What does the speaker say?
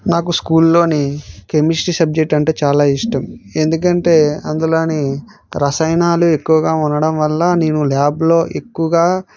నాకు స్కూల్లో chemistry subject అంటే చాలా ఇష్టం ఎందుకంటే అందులో రసాయనాలు ఎక్కువగా ఉండడం వల్ల నేను ల్యాబ్లో ఎక్కువగా